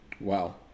Wow